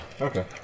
Okay